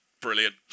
brilliant